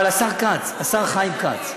מאה אחוז, אבל השר כץ, השר חיים כץ,